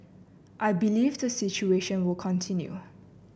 I believe the situation will continue